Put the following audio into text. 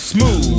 Smooth